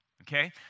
Okay